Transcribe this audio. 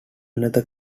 another